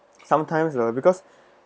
sometimes lah because